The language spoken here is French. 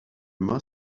mât